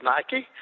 Nike